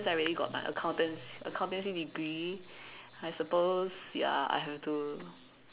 like really got my accountancy accountancy degree I suppose ya I have to